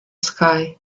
sky